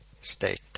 state